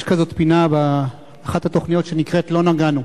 יש כזאת פינה באחת התוכניות שנקראת "לא נגענו".